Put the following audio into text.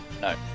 No